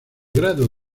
grado